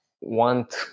want